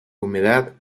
humedad